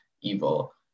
evil